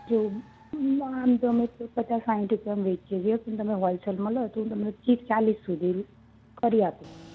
જોયું હું આમ અમે તો પચાસ સાઈઠ રૂપિયામાં વેચીએ છી પણ તમે હોલસેલમાં લો તો હું તમને ચીસ ચાલીસ સુધી કરી આપું